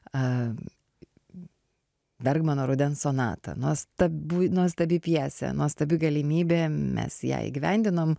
a bergmano rudens sonata nuostabu nuostabi pjesė nuostabi galimybė mes ją įgyvendinom